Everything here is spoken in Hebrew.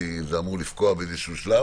כי זה אמור לפקוע באיזה שלב